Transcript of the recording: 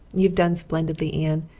you've done splendidly, anne.